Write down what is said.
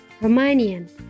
Romanian